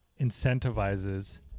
incentivizes